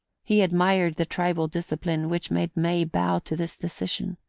he admired the tribal discipline which made may bow to this decision.